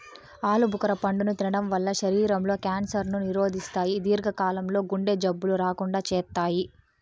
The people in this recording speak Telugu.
ఆలు భుఖర పండును తినడం వల్ల శరీరం లో క్యాన్సర్ ను నిరోధిస్తాయి, దీర్ఘ కాలం లో గుండె జబ్బులు రాకుండా చేత్తాయి